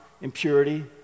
impurity